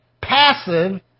passive